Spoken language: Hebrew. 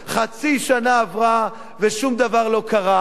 חצי שנה עברה, ושום דבר לא קרה.